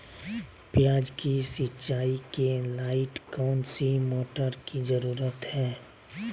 प्याज की सिंचाई के लाइट कौन सी मोटर की जरूरत है?